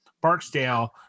Barksdale